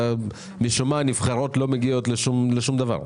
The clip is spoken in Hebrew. משום מה הנבחרת לא מגיעות לשום דבר.